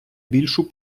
більшу